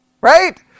right